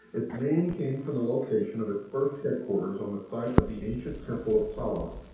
its name came from the location of its first headquarters on the site of the ancient temple of solomon,